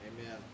Amen